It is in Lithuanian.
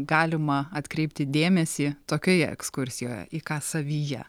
galima atkreipti dėmesį tokioje ekskursijoje į ką savyje